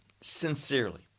sincerely